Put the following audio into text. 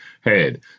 head